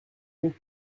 nous